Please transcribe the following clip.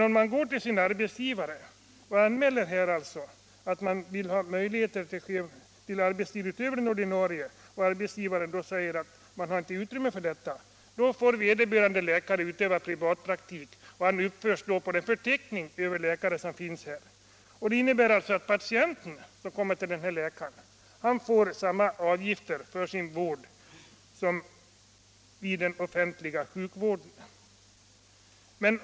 Om man går till sin arbetsgivare och anmäler att man vill ha möjlighet till arbetstid utöver den ordinarie och arbetsgivaren säger att det inte finns utrymme för detta, då får vederbörande läkare utöva privatpraktik och uppförs i så fall på den förteckning över läkare som finns. Det innebär att patienten som kommer till denne läkare får samma avgifter för sin vård som i den offentliga sektorn.